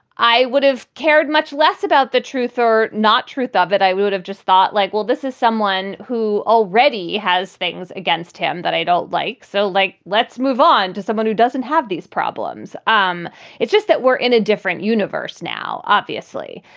i would have cared much less about the truth or not truth of ah that, i would have just thought, like, well, this is someone who already has things against him that i don't like. so, like, let's move on to someone who doesn't have these problems. um it's just that we're in a different universe now, obviously.